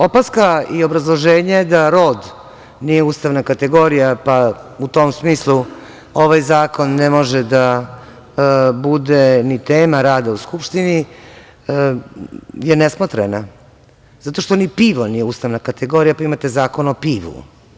Opaska i obrazloženje da rod nije ustavna kategorija pa u tom smislu ovaj zakon ne može da bude ni tema rada u Skupštini je nesmotrena zato što ni pivo nije ustavna kategorija pa imate Zakon o pivu.